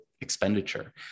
expenditure